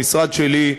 המשרד שלי,